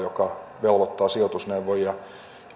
joka velvoittaa sijoitusneuvojia